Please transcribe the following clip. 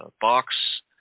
box